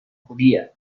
judía